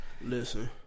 Listen